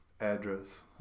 address